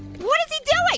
what is he doing? like